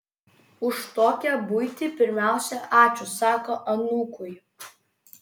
už tokią buitį pirmiausia ačiū sako anūkui